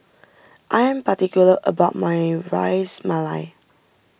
I am particular about my Ras Malai